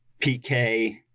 PK